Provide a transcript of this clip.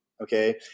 Okay